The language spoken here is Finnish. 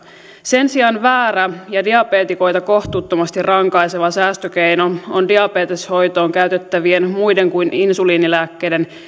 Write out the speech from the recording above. sen sijaan väärä ja diabeetikoita kohtuuttomasti rankaiseva säästökeino on diabeteshoitoon käytettävien muiden kuin insuliinilääkkeiden